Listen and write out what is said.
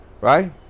Right